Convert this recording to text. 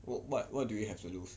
what what what do you have to lose